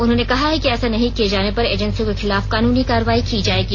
उन्होंने कहा है कि ऐसा नहीं किए जाने पर एजेंसियों के खिलाफ कानूनी कार्रवाई की जाएगी